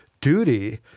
duty